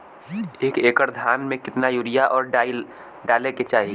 एक एकड़ धान में कितना यूरिया और डाई डाले के चाही?